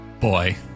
Boy